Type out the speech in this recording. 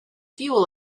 fuel